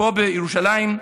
פה בירושלים,